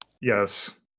Yes